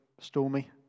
stormy